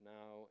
now